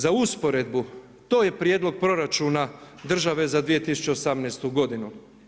Za usporedbu to je prijedlog proračuna države za 2018. godinu.